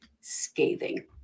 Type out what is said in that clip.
scathing